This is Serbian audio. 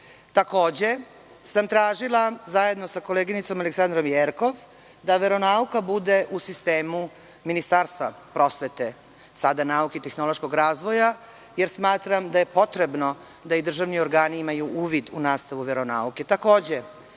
Takođe sam tražila, zajedno sa koleginicom Aleksandrom Jerkov, da veronauka bude u sistemu Ministarstva prosvete, sada nauke i tehnološkog razvoja, jer smatram da je potrebno da i državni organi imaju uvid u nastavu veronauke.